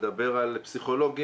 מדבר על פסיכולוגים,